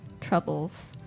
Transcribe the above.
troubles